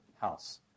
house